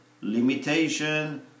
limitation